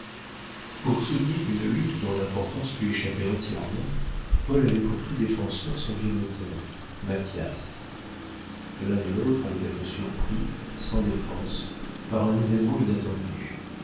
pour soutenir une lutte dont l'importance lui échappait entièrement paul avait pour tout défenseur son vieux notaire mathias l'un et l'autre allaient être surpris sans défense par un événement inattendu